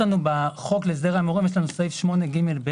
בחוק להסדר ההימורים יש את סעיף 8ג(ב),